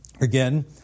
Again